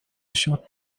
short